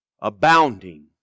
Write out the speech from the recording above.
Abounding